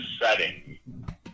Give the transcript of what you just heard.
setting